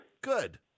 Good